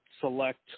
select